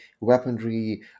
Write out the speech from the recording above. weaponry